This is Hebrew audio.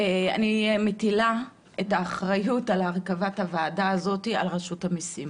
מטילה את האחריות על הרכבת הוועדה הזאת על רשות האוכלוסין.